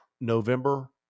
November